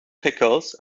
pickles